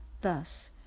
Thus